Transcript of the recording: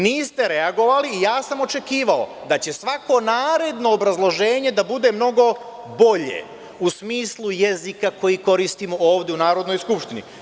Niste reagovali i ja sam očekivao da će svako naredno obrazloženje da bude mnogo bolje u smislu jezika koji koristimo ovde u Narodnoj skupštini.